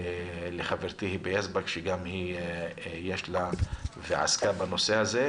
לחברתי היבה יזבק שעסקה בנושא הזה.